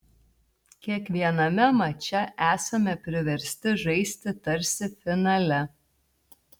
kiekviename mače esame priversti žaisti tarsi finale